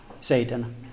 Satan